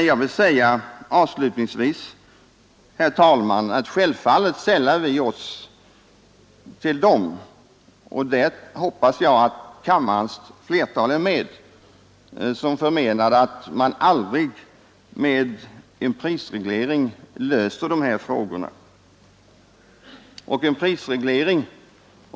Jag vill säga avslutningsvis, herr talman, att självfallet sällar vi oss till dem — och dit hoppas jag att kammarens flertal hör — som förmenar att man aldrig i längden med en prisreglering löser de här problemen.